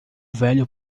velho